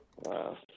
Wow